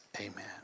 amen